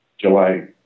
July